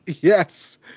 Yes